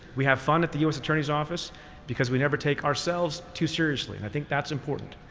we have fun at the us attorney's office because we never take ourselves too seriously. i think that's important.